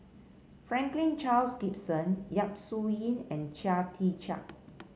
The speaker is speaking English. Franklin Charles Gimson Yap Su Yin and Chia Tee Chiak